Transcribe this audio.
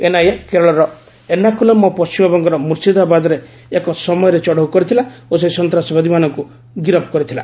NIA କେରଳର ଏର୍ଣ୍ଣେନାକୁଲମ୍ ଓ ପଶ୍ଚିମବଙ୍ଗର ମୂର୍ଷିଦାବାଦରେ ଏକ ସମୟରେ ଚଢ଼ଉ କରିଥିଲା ଓ ସେହି ସନ୍ତ୍ରାସବାଦୀମାନଙ୍କୁ ଗିରଫ୍ କରିଥିଲା